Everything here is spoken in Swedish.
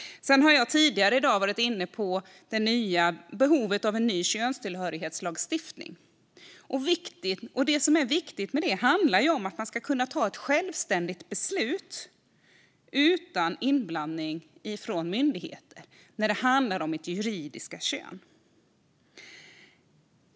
Jag har tidigare i dag varit inne på behovet av en ny könstillhörighetslagstiftning. Det viktiga med det är att jag ska kunna ta ett självständigt beslut utan inblandning från myndigheter när det handlar om mitt juridiska kön.